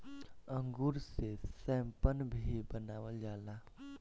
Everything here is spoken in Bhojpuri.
अंगूर से शैम्पेन भी बनावल जाला